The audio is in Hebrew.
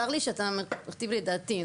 צר לי שאתה מכתיב לי את דעתי.